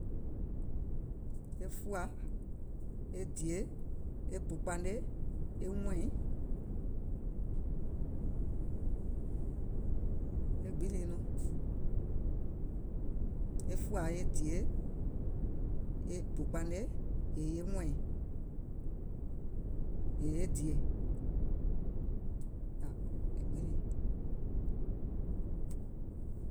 E fùȧ, e dìè, e bù kpȧne, e wɛ̀ìŋ, e gbiŋ lii nɔŋ, e fùà, bù kpȧne, yèè e wɛ̀ìŋ, yèè e dìè, e gbiŋ lii.